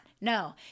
No